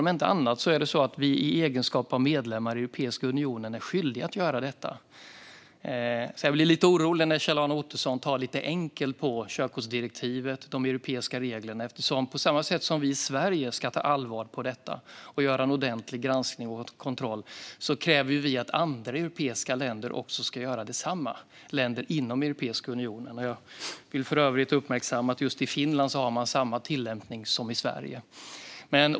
Om inte annat är vi i egenskap av medlemmar i Europeiska unionen skyldiga att göra detta. Jag blir lite orolig när Kjell-Arne Ottosson tar lite enkelt på körkortsdirektivet och de europeiska reglerna. På samma sätt som vi i Sverige ska ta detta på allvar och göra en ordentlig granskning och kontroll kräver vi att andra europeiska länder inom Europeiska unionen också ska göra detsamma. Jag vill för övrigt uppmärksamma att man i Finland har samma tillämpning som i Sverige.